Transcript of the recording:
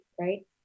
right